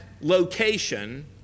location